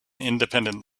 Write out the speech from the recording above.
independent